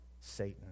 Satan